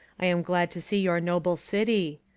i am glad to see your noble city.